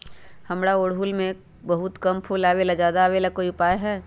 हमारा ओरहुल में बहुत कम फूल आवेला ज्यादा वाले के कोइ उपाय हैं?